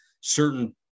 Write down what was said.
certain